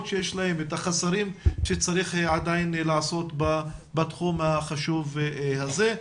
ואת החסרים שצריך עדיין לעשות בתחום החשוב הזה.